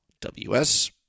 WS